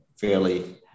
fairly